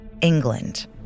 England